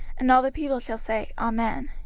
and all the people shall say, amen.